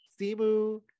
Simu